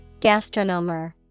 Gastronomer